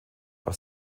aus